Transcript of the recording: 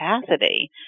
capacity